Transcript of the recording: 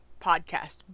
podcast